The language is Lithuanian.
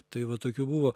tai va tokių buvo